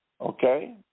Okay